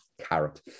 carrot